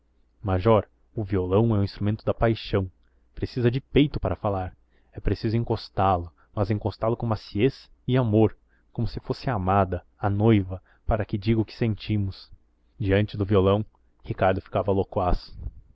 major o violão é o instrumento da paixão precisa de peito para falar é preciso encostá lo mas encostá lo com macieza e amor como se fosse a amada a noiva para que diga o que sentimos diante do violão ricardo ficava loquaz